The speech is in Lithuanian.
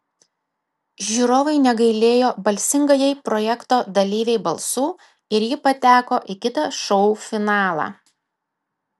žiūrovai negailėjo balsingajai projekto dalyvei balsų ir ji pateko į kitą šou finalą